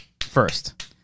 First